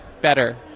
better